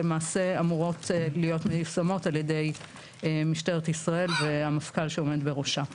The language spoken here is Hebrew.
למעשה אמור להיות מיושם על-ידי משטרת ישראל והמפכ"ל שעומד בראשה.